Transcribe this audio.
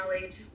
knowledge